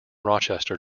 rochester